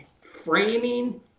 framing